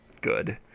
good